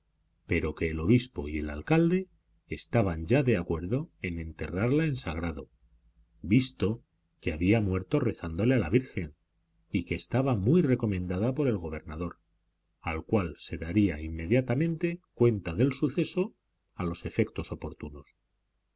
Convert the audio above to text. pero que el obispo y el alcalde estaban ya de acuerdo en enterrarla en sagrado visto que había muerto rezándole a la virgen y que estaba muy recomendada por el gobernador al cual se daría inmediatamente cuenta del suceso a los efectos oportunos y